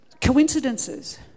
Coincidences